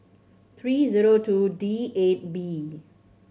three zero two D eight B